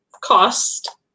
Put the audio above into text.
cost